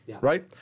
right